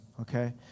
okay